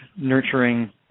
nurturing